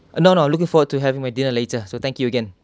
uh no no looking forward to having my dinner later so thank you again